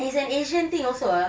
it's an asian thing also ah